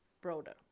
broader